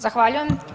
Zahvaljujem.